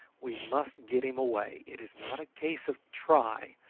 we must get him away. it is not a case of try!